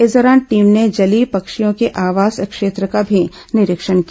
इस दौरान टीम ने जलीय पक्षियों के आवास क्षेत्र का भी निरीक्षण किया